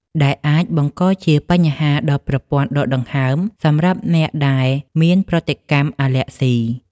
ដែលអាចបង្កជាបញ្ហាដល់ប្រព័ន្ធដកដង្ហើមសម្រាប់អ្នកដែលមានប្រតិកម្មអាឡែហ្ស៊ី។